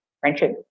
friendship